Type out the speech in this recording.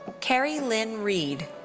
kerri lynne reid.